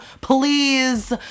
Please